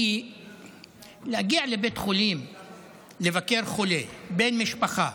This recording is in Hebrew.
כי מגיעים לבית חולים לבקר חולה, בן משפחה,